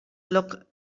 looked